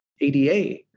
ADA